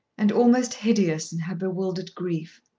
and almost hideous in her bewildered grief.